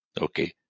Okay